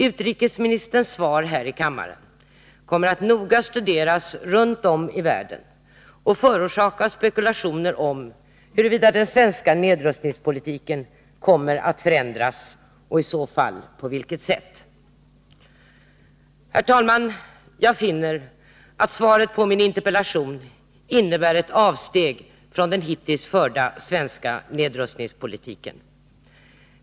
Utrikesministerns svar här i kammaren kommer att noga studeras runt om i världen och förorsaka spekulationer om huruvida den svenska nedrustningspolitiken kommer att förändras och i så fall på vilket sätt. Herr talman! Jag finner att svaret på min interpellation innebär ett avsteg från den hittills förda svenska nedrustningspolitiken.